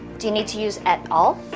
do you need to use et al?